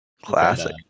Classic